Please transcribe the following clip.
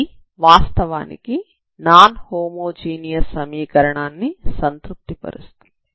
ఇది వాస్తవానికి non homogeneous సమీకరణాన్ని సంతృప్తి పరుస్తుంది